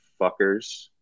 fuckers